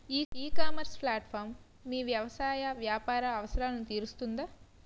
ఈ ecommerce platform మీ వ్యవసాయ వ్యాపార అవసరాలను తీరుస్తుందా?